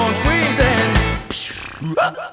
squeezing